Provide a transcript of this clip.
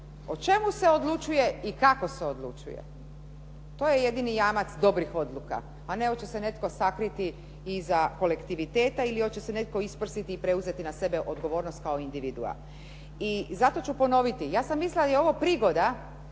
o čemu se odlučuje i kako se odlučuje. To je jedini jamac dobrih odluka, a ne hoće se netko sakriti iza kolektiviteta ili hoće se netko isprsiti i preuzeti na sebe odgovornost kao individua. I zato ću ponoviti, ja sam mislila da je ovo prigoda